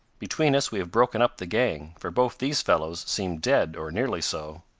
between us we have broken up the gang for both these fellows seem dead, or nearly so.